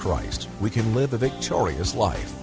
christ we can live a victorious life